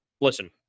listen